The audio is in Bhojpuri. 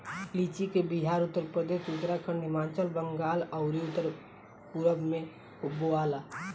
लीची के बिहार, उत्तरप्रदेश, उत्तराखंड, हिमाचल, बंगाल आउर उत्तर पूरब में बोआला